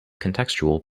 contextual